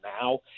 now